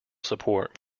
support